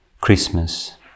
Christmas